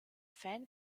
fan